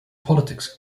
politics